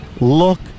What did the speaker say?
look